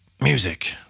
music